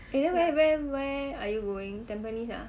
eh eh eh where are you going tampines ah